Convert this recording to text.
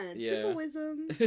Symbolism